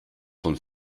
von